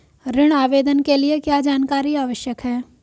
ऋण आवेदन के लिए क्या जानकारी आवश्यक है?